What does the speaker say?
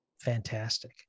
Fantastic